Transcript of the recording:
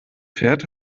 fährt